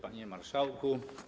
Panie Marszałku!